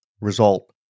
result